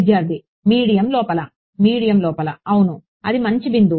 విద్యార్థి మీడియం లోపల మీడియం లోపల అవును అది మంచి బిందువు